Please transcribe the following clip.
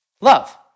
Love